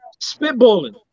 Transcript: spitballing